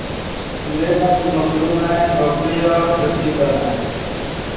तो मेरे पास मशरूम है ब्रोकली और केप्सिकम है